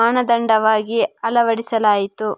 ಮಾನದಂಡವಾಗಿ ಅಳವಡಿಸಲಾಯಿತು